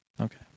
Okay